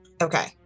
Okay